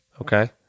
Okay